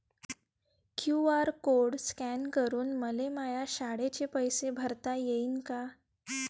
QR code scan करून मले माया शाळेचे पैसे भरता येईन का?